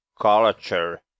culture